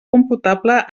computable